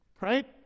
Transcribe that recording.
right